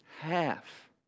Half